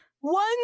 One